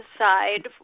side